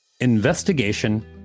Investigation